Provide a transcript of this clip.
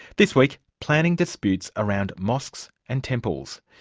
this week, planning disputes around mosques and temples.